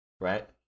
right